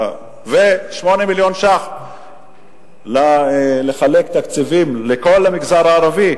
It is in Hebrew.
ו-8 מיליון שקלים לחלק תקציבים לכל המגזר הערבי,